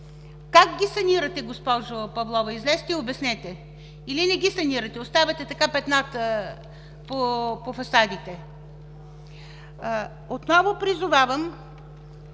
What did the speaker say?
Как ги санирате, госпожо Павлова? Излезте и обяснете. Или не ги санирате? Оставате така – петната по фасадите? Отново призовавам: